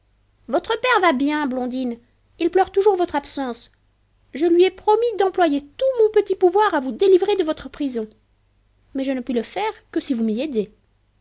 votre père va bien blondine il pleure toujours votre absence je lui ai promis d'employer tout mon petit pouvoir à vous délivrer de votre prison mais je ne puis le faire que si vous